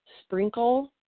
sprinkle